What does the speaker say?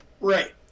Right